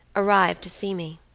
arrived to see me.